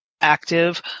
active